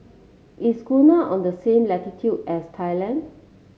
is Ghana on the same latitude as Thailand